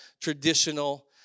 traditional